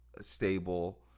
stable